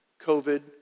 COVID